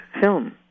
film